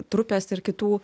trupės ir kitų